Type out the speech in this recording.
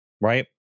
right